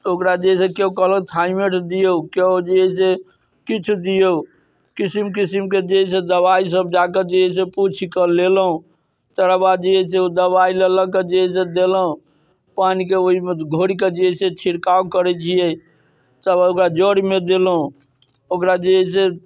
तऽ ओकरा जे है से केओ कहलक खाइमे रोपि दियौ केओ जे है से किछु दियौ किसिम किसिमके जे है से दबाइ सब जाके जे है से पूछिके लेलहुँ तकर बाद जे है से ओ दबाइ लऽ लऽ के जे है से देलहुँ पानिके ओइमे घोरिके जे है से छिड़काव करै छियै सब ओकरा जड़मे देलहुँ ओकरा जे है से